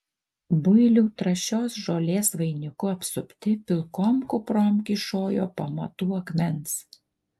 builių trąšios žolės vainiku apsupti pilkom kuprom kyšojo pamatų akmens